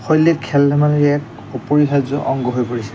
শৈলীত খেল ধেমালিৰ এক অপৰিহাৰ্য অংগ হৈ পৰিছে